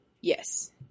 Yes